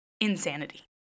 insanity